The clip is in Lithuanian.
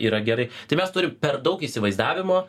yra gerai tai mes turim per daug įsivaizdavimo